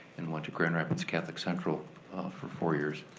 and went to grand rapids catholic central for four years.